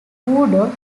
voodoo